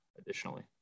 additionally